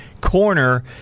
Corner